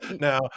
Now